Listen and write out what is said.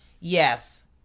Yes